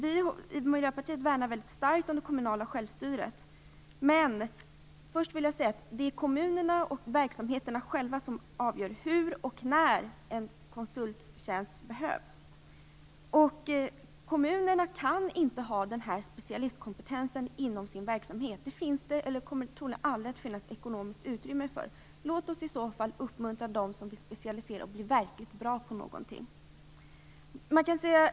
Vi i Miljöpartiet värnar mycket starkt om det kommunala självstyret, men det är kommunerna och verksamheterna själva som avgör hur och när en konsulttjänst behövs. Kommunerna kan inte inom sin verksamhet ha en sådan specialistkompetens. Det kommer troligen aldrig att finnas ekonomiskt utrymme för detta. Låt oss uppmuntra dem som specialiserar sig och blir verkligt bra på någonting.